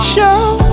Show